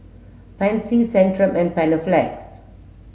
Pansy Centrum and Panaflex